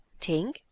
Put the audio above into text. Tink